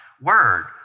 word